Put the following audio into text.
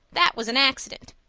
that was an accident.